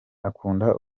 akunda